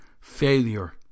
failure